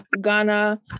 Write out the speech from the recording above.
ghana